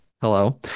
hello